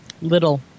little